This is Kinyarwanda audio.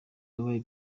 wabaye